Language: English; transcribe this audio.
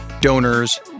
donors